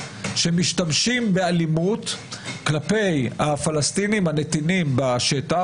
שמשתמשים באלימות כלפי הפלסטינים הנתינים בשטח.